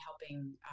helping